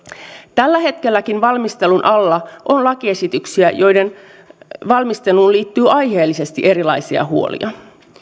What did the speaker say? tällä hetkelläkin valmistelun alla on lakiesityksiä joiden valmisteluun liittyy aiheellisesti erilaisia huolia